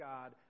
God